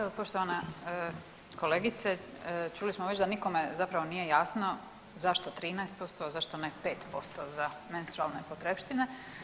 Evo poštovana kolegice, čuli smo već da nikome zapravo nije jasno zašto 13% zašto ne 5% za menstrualne potrepštine.